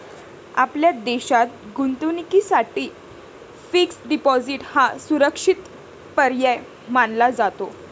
आपल्या देशात गुंतवणुकीसाठी फिक्स्ड डिपॉजिट हा सुरक्षित पर्याय मानला जातो